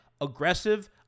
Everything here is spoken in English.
aggressive